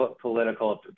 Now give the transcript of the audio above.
political